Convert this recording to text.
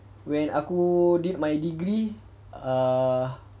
when aku did my degree uh